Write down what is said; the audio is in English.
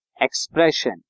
expression